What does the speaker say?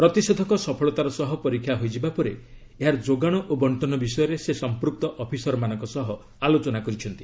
ପ୍ରତିଷେଧକ ସଫଳତାର ସହ ପରୀକ୍ଷା ହୋଇଯିବା ପରେ ଏହାର ଯୋଗାଣ ଓ ବଣ୍ଟନ ବିଷୟରେ ସେ ସମ୍ପୃକ୍ତ ଅଫିସରମାନଙ୍କ ସହ ଆଲୋଚନା କରିଛନ୍ତି